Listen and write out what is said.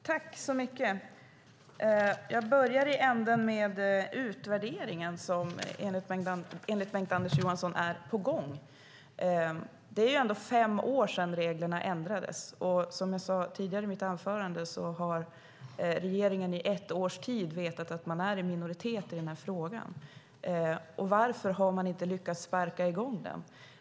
Fru talman! Jag börjar med den utvärdering som enligt Bengt-Anders Johansson är på gång. Det är ändå fem år sedan reglerna ändrades, och som jag sade tidigare i mitt anförande så har regeringen i ett års tid vetat att man är i minoritet i den här frågan. Varför har man inte lyckats sparka i gång den?